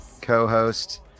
co-host